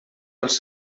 els